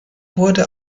wurde